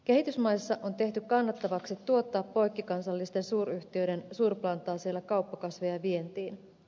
kehitysmaissa on tehty kannattavaksi tuottaa poikkikansallisten suuryhtiöiden suurplantaaseilla kauppakasveja vientiin